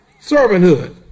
Servanthood